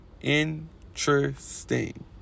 Interesting